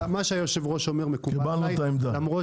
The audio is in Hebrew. מה שהיושב ראש אומר מקובל עליי, למרות